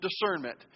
discernment